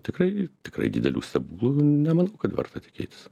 tikrai tikrai didelių stebuklų nemanau kad verta tikėtis